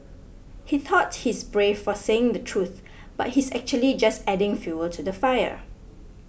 he thought he's brave for saying the truth but he's actually just adding fuel to the fire